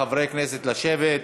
חברי הכנסת, לשבת.